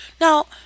now